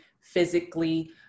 physically